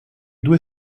due